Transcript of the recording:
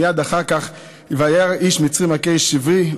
מייד אחר כך "וירא איש מצרי מכה איש עברי",